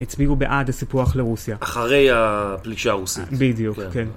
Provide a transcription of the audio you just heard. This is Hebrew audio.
הצביעו בעד הסיפוח לרוסיה. אחרי הפלישה הרוסית. בדיוק, כן.